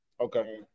Okay